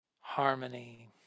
harmony